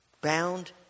Bound